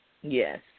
Yes